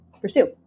pursue